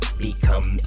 become